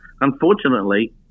unfortunately